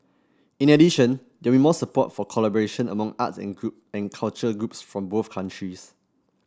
in addition there will more support for collaboration among arts and and culture groups from both countries